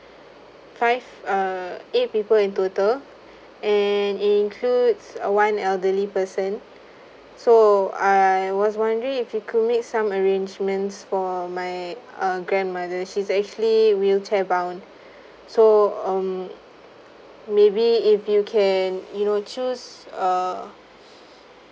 five err eight people in total and includes one elderly person so I was wondering if you could make some arrangements for my uh grandmothers she's actually wheelchair bound so um maybe if you can you know choose a